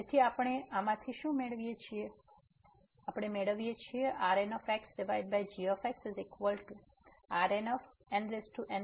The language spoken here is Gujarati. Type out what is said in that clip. તેથી આપણે આમાંથી શું મેળવીએ છીએ ⟹RnxgxRnn1n1gn1n1x0n1n1x